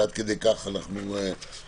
יהודה אבידן עובד אתנו.